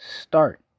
start